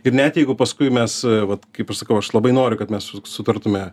ir net jeigu paskui mes vat kaip aš sakau aš labai noriu kad mes sutartume